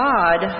God